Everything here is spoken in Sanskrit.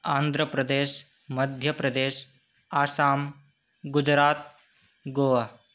आन्ध्रप्रदेशः मध्यप्रदेशः आसाम् गुजरात् गोवा